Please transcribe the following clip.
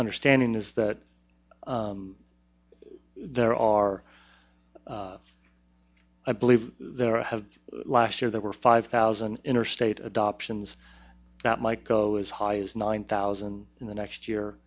understanding is that there are i believe there have last year there were five thousand interstate adoptions that might go as high as nine thousand in the next year